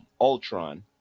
ultron